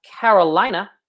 Carolina